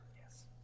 Yes